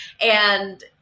and-